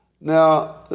Now